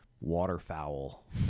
Waterfowl